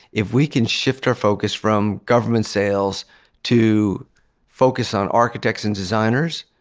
if we can shift our focus from government sales to focus on architects and designers,